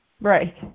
Right